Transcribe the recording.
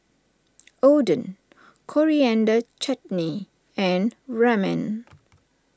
Oden Coriander Chutney and Ramen